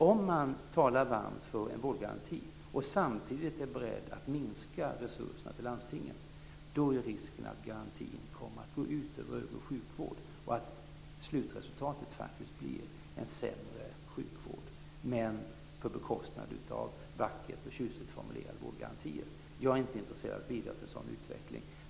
Om man talar sig varm för en vårdgaranti och samtidigt är beredd att minska resurserna till landstingen, är risken att garantin kommer att gå ut över sjukvården och att slutresultatet blir vackert och tjusigt formulerade vårdgarantier på bekostnad av sämre sjukvård. Jag är inte intresserad av att bidra till en sådan utveckling.